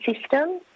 system